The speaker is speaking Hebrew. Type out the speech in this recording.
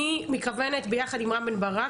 אני מתכוונת עם רם בן ברק,